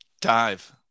Dive